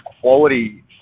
quality